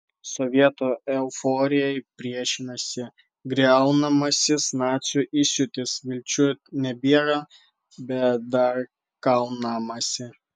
sovietų euforijai priešinasi griaunamasis nacių įsiūtis vilčių nebėra bet dar kaunamasi